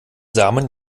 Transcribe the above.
samen